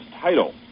title